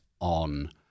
on